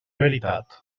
veritat